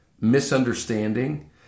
misunderstanding